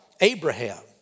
Abraham